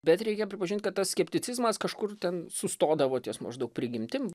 bet reikia pripažint kad tas skepticizmas kažkur ten sustodavo ties maždaug prigimtim